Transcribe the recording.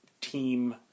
team